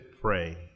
pray